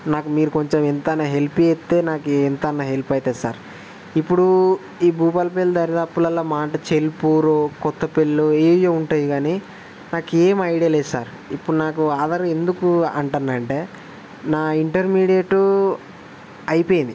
నాకు మీరు కొంచెం ఎంతైనా హెల్ప్ చేస్తే నాకు ఎంతైనా హెల్ప్ అవుతుంది సార్ ఇప్పుడు ఈ భూపాలపల్లి దరిదాపుల్లో మా అంటే చెలుపూరో కొత్తపెళ్ళో ఏవో ఉంటాయి కానీ నాకు ఏం ఐడియా లేదు సార్ ఇప్పుడు నాకు ఆధార్ ఎందుకు అంటున్నా అంటే నా ఇంటర్మీడియట్ అయిపోయింది